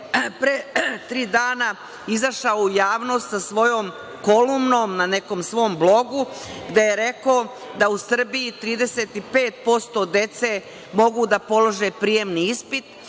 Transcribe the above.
pre tri dana izašao u javnost sa svojom kolumnom na nekom svom blogu, gde je rekao da u Srbiji 35% dece može da položi prijemni ispit